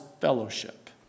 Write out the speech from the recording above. fellowship